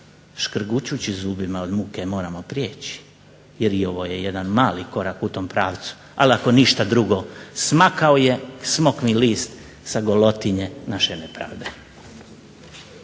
škrgučući zubima od muke moramo priječi, jer i ovo je jedan mali korak u tom pravcu. Ali ako ništa drugo smakao je i smokvin list sa golotinje naše nepravde.